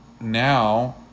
now